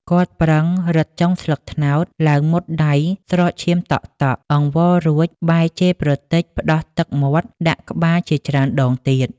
គាត់ប្រឹងរឹតចុងស្លឹកត្នោតឡើងមុតដៃស្រក់ឈាមតក់ៗ អង្វររួច បែរជេរប្រទេចស្ដោះទឹកមាត់ដាក់ក្បាលជាច្រើនដងទៀត។